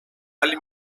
άλλη